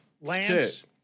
Lance